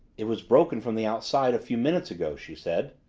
it was broken from the outside a few minutes ago, she said.